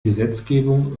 gesetzgebung